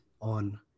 on